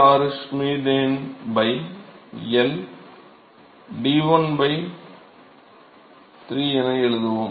6 Schmidt எண் L D 1 3 என எழுதுவோம்